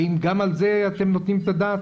האם גם על זה אתם נותנים את הדעת?